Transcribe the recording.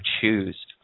choose